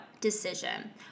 decision